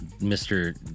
Mr